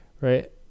right